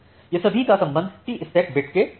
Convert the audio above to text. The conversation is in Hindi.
तो ये सभी का संबंध Tspec बिट के फलौस्पेक से हैं